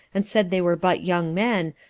and said they were but young men,